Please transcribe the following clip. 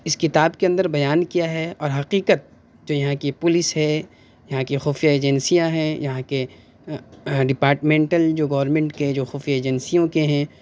اِس کتاب کے اندر بیان کیا ہے اور حقیقت جو یہاں کی پولیس ہے یہاں کی خفیہ ایجنسیاں ہیں یہاں کے ڈپارٹمنٹل جو گورنمنٹ کے جو خفیہ ایجنسیوں کے ہیں